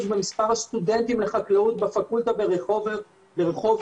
במספר הסטודנטים לחקלאות בפקולטות ברחובות.